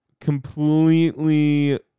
completely